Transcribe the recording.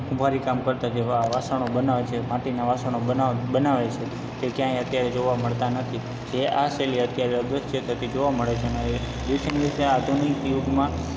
કુંભારી કામ કરતા જે વા વાસણો બનાવે છે માટીનાં વાસણો બના બનાવે છે તે ક્યાંય અત્યારે જોવા મળતા નથી જે આ શૈલી અત્યારે અદૃશ્ય થતી જોવા મળે છે અને દિવસે ને દિવસે આધુનિક યુગમાં